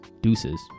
Deuces